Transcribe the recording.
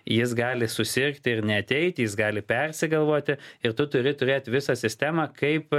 jis gali susirgti ir neateiti jis gali persigalvoti ir tu turi turėt visą sistemą kaip